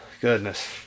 goodness